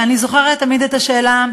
אני זוכרת תמיד את השאלה: